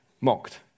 mocked